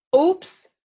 oops